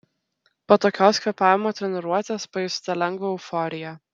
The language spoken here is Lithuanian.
po tokios kvėpavimo treniruotės pajusite lengvą euforiją